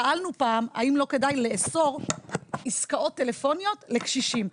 שאלנו פעם האם לא כדאי לאסור עסקאות טלפוניות לקשישים.